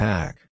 Pack